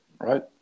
Right